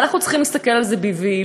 ואנחנו צריכים להסתכל על זה בבהילות,